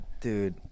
dude